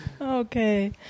okay